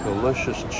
Delicious